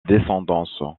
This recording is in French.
descendance